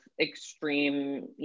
extreme